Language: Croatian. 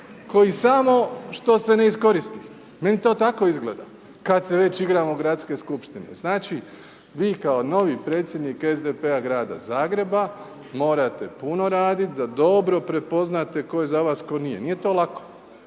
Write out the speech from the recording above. koji samo što se ne iskoristi. Meni to tako izgleda. Kada se već igramo Gradske skupštine. Znači vi kao novi predsjednik SDP-a Grada Zagreba morate puno raditi da dobro prepoznate tko je za vas, tko nije. To nije lako,